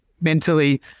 mentally